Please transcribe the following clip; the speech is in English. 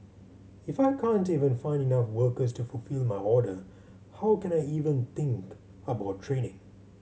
if I can't even find enough workers to fulfil my order how can I even think about training